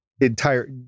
entire